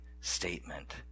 statement